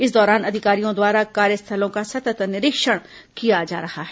इस दौरान अधिकारियों द्वारा कार्यस्थलों का सतत् निरीक्षण किया जा रहा है